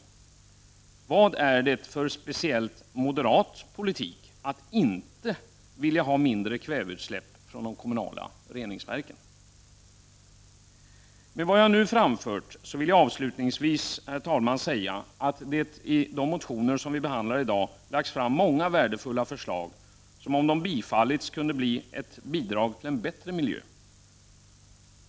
Och vad är det för speciellt moderat politik att inte eftersträva minskade kväveutsläpp från de kommunala reningsverken? Efter vad jag nu har framfört vill jag, herr talman, bara säga att det i de motioner som vi i dag behandlar finns många värdefulla förslag som, om de skulle bifallas, kunde bli ett bidrag till en bättre miljö.